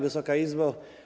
Wysoka Izbo!